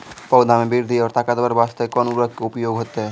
पौधा मे बृद्धि और ताकतवर बास्ते कोन उर्वरक के उपयोग होतै?